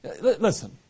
listen